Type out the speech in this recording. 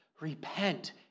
repent